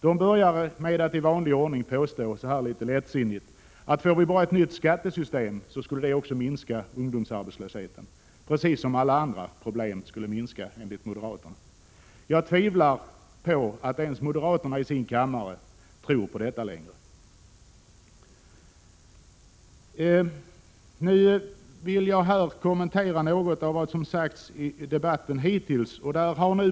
De börjar med att i vanlig ordning litet lättsinnigt påstå att om vi bara fick ett nytt skattesystem så skulle också ungdomsarbetslösheten, precis som alla andra problem, minska. Jag tvivlar på att ens moderaterna i sin egen kammare tror på detta längre. Här vill jag kommentera något av vad som sagts i debatten hittills.